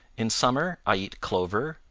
in summer i eat clover,